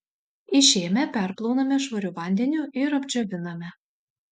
išėmę perplauname švariu vandeniu ir apdžioviname